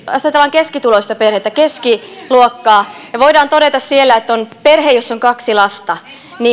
ajatellaan keskituloista perhettä keskiluokkaa me voimme todeta että kun siellä on perhe jossa on kaksi lasta